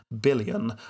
billion